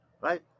right